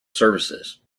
services